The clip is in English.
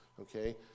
okay